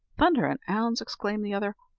thunder an' ounds! exclaimed the other,